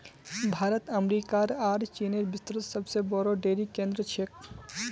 भारत अमेरिकार आर चीनेर विश्वत सबसे बोरो डेरी केंद्र छेक